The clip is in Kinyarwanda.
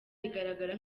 igaragara